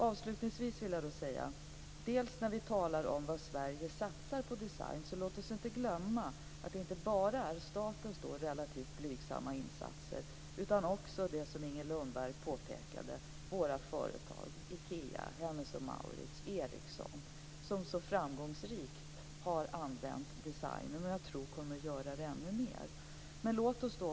Avslutningsvis: När vi talar om vad Sverige satsar på design ska vi inte glömma att det inte bara är statens relativt blygsamma insatser som det handlar om. Det gäller också - som Inger Lundberg påpekade - våra företag, Ikea, Hennes & Mauritz och Ericsson, som så framgångsrikt använt designen och som, tror jag, ännu mer kommer att göra det.